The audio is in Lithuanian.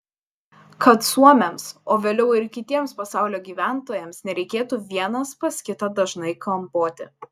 kad suomiams o vėliau ir kitiems pasaulio gyventojams nereikėtų vienas pas kitą dažnai klampoti